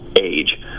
age